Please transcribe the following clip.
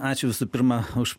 ačiū visų pirma už